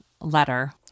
letter